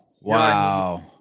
Wow